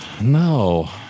No